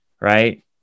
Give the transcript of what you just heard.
right